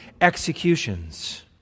executions